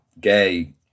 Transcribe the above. gay